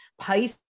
Pisces